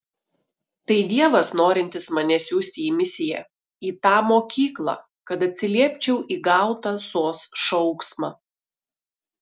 tai dievas norintis mane siųsti į misiją į tą mokyklą kad atsiliepčiau į gautą sos šauksmą